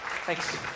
Thanks